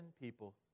people